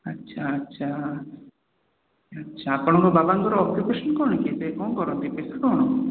ଆଚ୍ଛା ଆଚ୍ଛା ଆଚ୍ଛା ଆପଣଙ୍କ ବାବାଙ୍କର ଅକ୍ୟୁପେସନ୍ କ'ଣ କି ସେ କ'ଣ କରନ୍ତି ପେଶା କ'ଣ